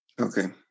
Okay